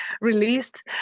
released